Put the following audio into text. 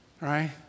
right